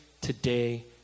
today